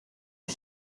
est